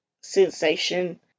sensation